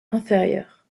inférieures